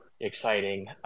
exciting